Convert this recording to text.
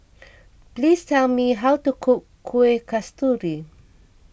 please tell me how to cook Kuih Kasturi